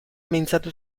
mintzatu